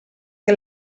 che